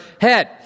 head